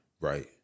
right